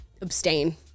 abstain